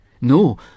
No